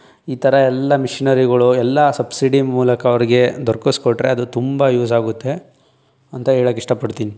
ಈ ಥರ ಎಲ್ಲ ಮಿಷ್ನರಿಗಳು ಎಲ್ಲ ಸಬ್ಸಿಡಿ ಮೂಲಕ ಅವ್ರಿಗೆ ದೊರಕಿಸ್ಕೊಟ್ರೆ ಅದು ತುಂಬ ಯೂಸ್ ಆಗುತ್ತೆ ಅಂತ ಹೇಳಕ್ ಇಷ್ಟಪಡ್ತೀನಿ